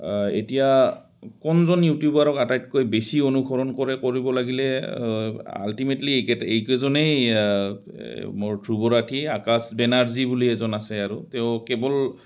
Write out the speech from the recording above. এতিয়া কোনজন ইউটিউবাৰক আটাইতকৈ বেছি অনুসৰণ কৰে কৰিব লাগিলে আলটিমেটলি এইকে এইকেইজনেই মোৰ ধ্ৰুৱ ৰাঠী আকাশ বেনাৰ্জী বুলি এজন আছে আৰু তেওঁ কেৱল